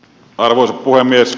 arvoisa puhemies